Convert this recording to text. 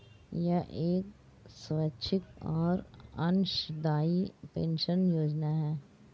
यह एक स्वैच्छिक और अंशदायी पेंशन योजना है